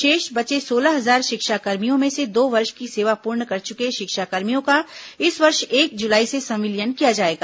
शेष बचे सोलह हजार षिक्षाकर्मियों में से दो वर्ष की सेवा पूर्ण कर चुके षिक्षाकर्मियों का इस वर्ष एक जुलाई से संविलियन किया जायेगा